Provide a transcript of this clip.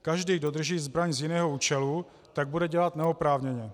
Každý, kdo drží zbraň z jiného účelu, tak bude dělat neoprávněně.